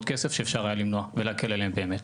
כסף שאפשר היה למנוע ולהקל עליהם באמת.